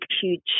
huge